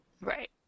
Right